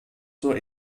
zur